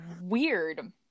weird